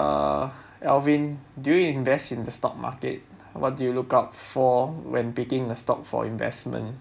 err elvin do you invest in the stock market what do you look out for when picking a stock for investment